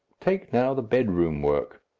take now the bedroom work.